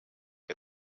või